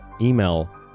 email